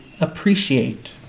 appreciate